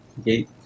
okay